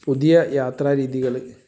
പുതിയ യാത്രാ രീതികൾ